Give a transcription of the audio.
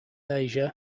asia